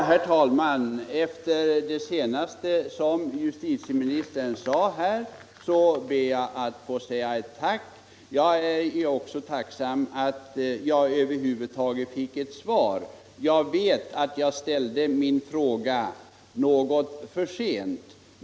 Herr talman! Efter justitieministerns senaste inlägg ber jag att få framföra ett tack. Jag är också tacksam för att jag över huvud taget fick ett svar på min fråga. Jag vet att jag ställde den något för sent.